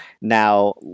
now